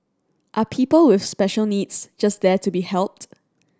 are people with special needs just there to be helped